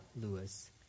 Lewis